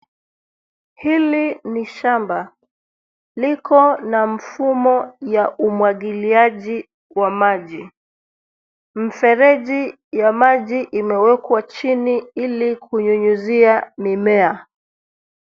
Hili ni shamba. Liko na mfumo ya umwagiliaji wa maji. Mfereji ya maji imewekwa chini ili kunyunyizia mimea.